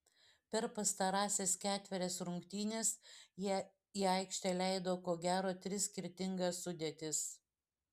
per pastarąsias ketverias rungtynes jie į aikštę leido ko gero tris skirtingas sudėtis